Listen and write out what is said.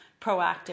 proactive